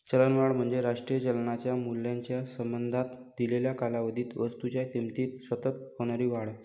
चलनवाढ म्हणजे राष्ट्रीय चलनाच्या मूल्याच्या संबंधात दिलेल्या कालावधीत वस्तूंच्या किमतीत सतत होणारी वाढ